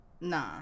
Nah